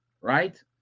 right